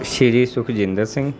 Shri Sukhjinder Singh